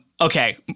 Okay